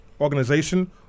organization